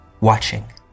watching